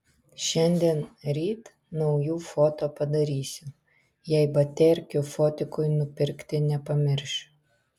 šiandien ryt naujų foto padarysiu jei baterkių fotikui nupirkti nepamiršiu